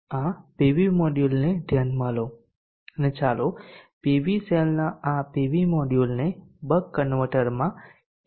આ પીવી મોડ્યુલને ધ્યાનમાં લો અને ચાલો પીવી સેલના આ પીવી મોડ્યુલને બક કન્વર્ટરમાં ઇન્ટરફેસ કરીએ